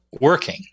working